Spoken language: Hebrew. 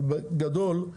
אבל בגדול,